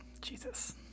jesus